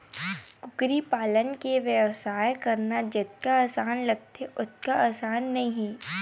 कुकरी पालन के बेवसाय करना जतका असान लागथे ओतका असान नइ हे